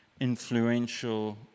influential